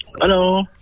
Hello